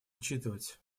учитывать